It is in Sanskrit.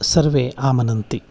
सर्वे आमनन्ति